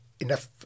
enough